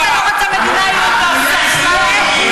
אתה רוצה מדינה פלסטינית,